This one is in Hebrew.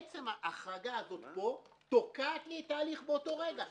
עצם ההחרגה הזאת פה תוקעת לי את ההליך באותו רגע.